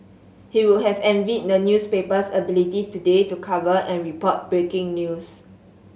he would have envied the newspaper's ability today to cover and report breaking news